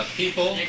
people